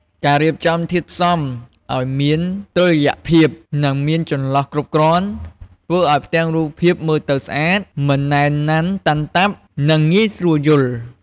ការរៀបចំធាតុផ្សំឱ្យមានតុល្យភាព និងមានចន្លោះគ្រប់គ្រាន់ ធ្វើឱ្យផ្ទាំងរូបភាពមើលទៅស្អាត មិនណែនណាន់តាន់តាប់ និងងាយស្រួលយល់ ។